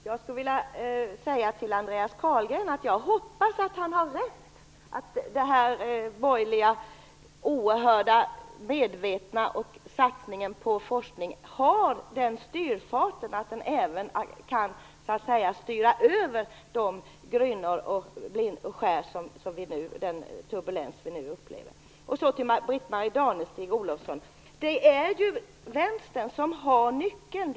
Herr talman! Jag hoppas att Andreas Carlgren har rätt i att den borgerliga oerhört medvetna satsningen på forskning har sådan styrfart att man med den kan styra över grynnorna och blindskären i den turbulens som vi nu upplever. Till Britt-Marie Danestig-Olofsson vill jag säga att det ju är Vänstern som har nyckeln.